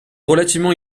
relativement